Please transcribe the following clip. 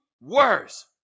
worse